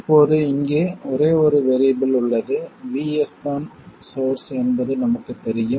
இப்போது இங்கே ஒரே ஒரு வேறியபிள் உள்ளது VS தான் சோர்ஸ் என்பது நமக்குத் தெரியும்